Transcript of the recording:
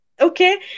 Okay